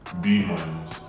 B-minus